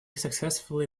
successfully